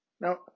Now